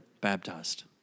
baptized